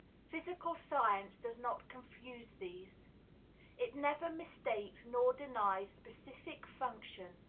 physical science does not confuse these it never mistakes nor denies specific function,